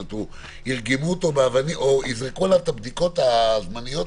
יזרקו עליו את הבדיקות הזמניות